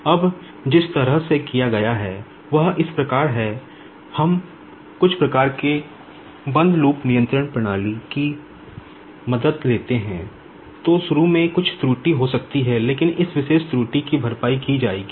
अब जिस तरह से किया गया है वह इस प्रकार है हम कुछ प्रकार के बंद लूप नियंत्रण प्रणाली की भरपाई की जाएगी